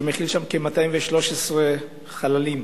שמכיל 213 חללים,